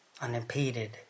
unimpeded